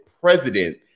president